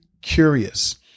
curious